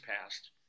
passed